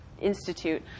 institute